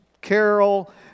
Carol